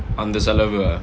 அந்த செலவு:antha selavu